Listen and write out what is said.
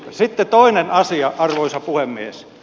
sitten toinen asia arvoisa puhemies